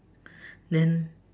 then